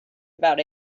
about